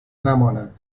نماند